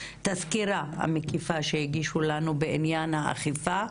הסקירה המקיפה שהגישו לנו בעניין האכיפה.